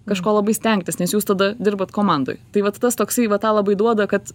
kažko labai stengtis nes jūs tada dirbat komandoj tai vat tas toksai va tą labai duoda kad